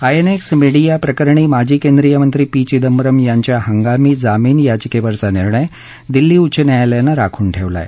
INX media प्रकरणी माजी केंद्रिय मंत्री पी चिदंबरम यांच्या हंगामी जामीन याचिकेवरचा निर्णय दिल्ली उच्च न्यायालयानं राखून ठेवला आहे